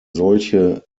solche